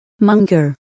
Munger